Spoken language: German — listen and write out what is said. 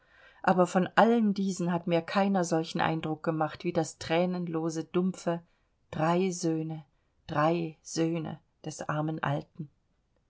aber von allen diesen hat mir keiner solchen eindruck gemacht wie das thränenlose dumpfe drei söhne drei söhne des armen alten